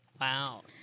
Wow